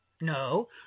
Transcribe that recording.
No